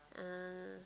ah